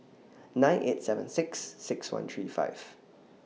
nine eight seven six six one three five